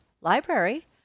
library